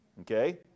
okay